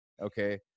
okay